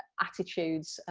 attitudes,